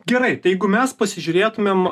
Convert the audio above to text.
gerai jeigu mes pasižiūrėtumėm